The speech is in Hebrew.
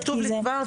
זה כתוב לי כבר,